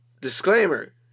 Disclaimer